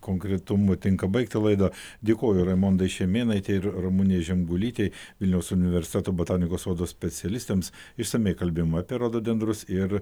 konkretumu tinka baigti laidą dėkoju raimondai šimėnaitei ir ramunei žemgulytei vilniaus universiteto botanikos sodo specialistėms išsamiai kalbėjom apie rododendrus ir